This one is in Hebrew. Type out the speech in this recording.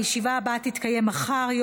הישיבה הבאה תתקיים מחר,